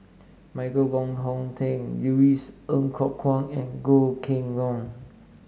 Michael Wong Hong Teng Louis Ng Kok Kwang and Goh Kheng Long